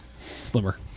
slimmer